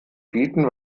bieten